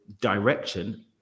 direction